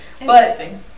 Interesting